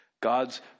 God's